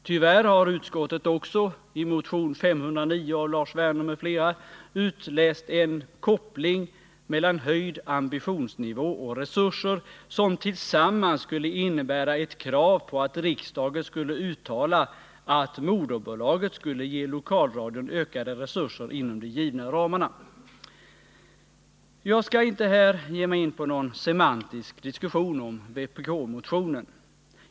Tyvärr har utskottet också ur motion 509 av Lars Werner m.fl. utläst en koppling mellan höjd ambitionsnivå och resurser, som tillsammans skulle innebära ett krav på att riksdagen skulle uttala att moderbolaget skulle ge lokalradion ökade resurser inom de givna ramarna. Jag skall inte här ge mig in på någon semantisk diskussion av vpk-motionen.